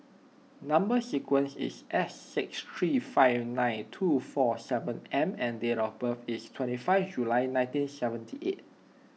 Number Sequence is S six three five nine two four seven M and date of birth is twenty five July nineteen seventy eight